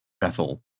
Bethel